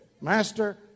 Master